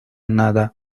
nada